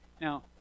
Now